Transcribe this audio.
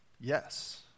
Yes